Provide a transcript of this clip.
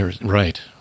Right